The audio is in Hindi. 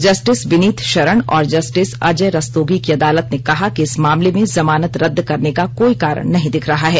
जस्टिस विनीत शरण और जस्टिस अजय रस्तोगी की अदालत ने कहा कि इस मामले में जमानत रद्द करने का कोई कारण नहीं दिख रहा है